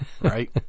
right